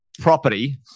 property